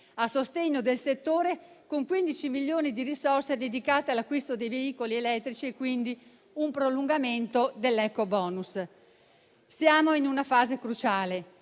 a sostegno del settore, con 15 milioni di risorse dedicate all'acquisto dei veicoli elettrici, quindi un prolungamento dell'ecobonus. Siamo in una fase cruciale,